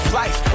life